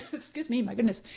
excuse me, my goodness.